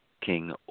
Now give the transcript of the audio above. King